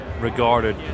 regarded